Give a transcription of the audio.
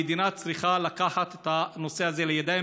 המדינה צריכה לקחת את הנושא הזה לידיים,